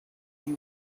eye